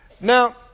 Now